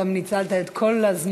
גם ניצלת את כל הזמן,